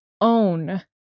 own